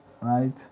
right